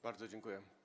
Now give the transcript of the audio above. Bardzo dziękuję.